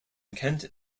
kent